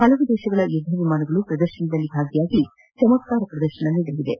ಹಲವು ದೇಶಗಳ ಯುದ್ದವಿಮಾನಗಳು ಪ್ರದರ್ಶನದಲ್ಲಿ ಭಾಗಿಯಾಗಿ ಚಮತ್ಕಾರ ಪ್ರದರ್ಶನ ಮಾಡಲಿವೆ